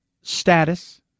status